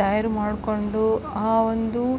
ತಯಾರು ಮಾಡ್ಕೊಂಡು ಆ ಒಂದು